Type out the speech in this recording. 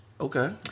Okay